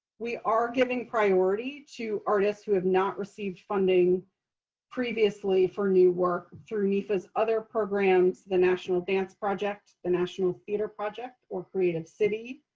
we are giving priority to artists who have not received funding previously for new work through nefa's other programs the national dance project, the national theater project, or creative city,